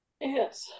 Yes